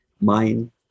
mind